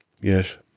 Yes